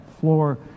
floor